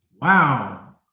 wow